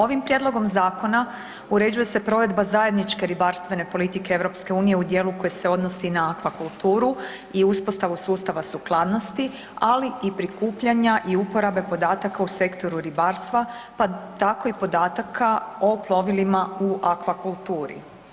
Ovim Prijedlogom zakona uređuje se provedba zajedničke ribarstvene politike Europske unije u dijelu koji se odnosi na fakulturu i uspostavu sustava sukladnosti, ali i prikupljanja i uporabe podataka u sektoru ribarstva, pa tako i podataka o plovilima u akvakulturi.